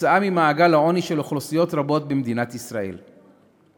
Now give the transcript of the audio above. הוצאת אוכלוסיות רבות במדינת ישראל ממעגל העוני.